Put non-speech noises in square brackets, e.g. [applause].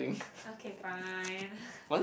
okay fine [breath]